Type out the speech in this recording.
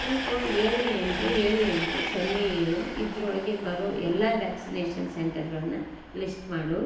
pin code ಏಳು ಎಂಟು ಏಳು ಎಂಟು ಸೊನ್ನೆ ಏಳು ಇದರೊಳಗೆ ಬರೋ ಎಲ್ಲ ವ್ಯಾಕ್ಸಿನೇಷನ್ ಸೆಂಟರ್ಗಳನ್ನು ಲಿಸ್ಟ್ ಮಾಡು